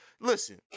Listen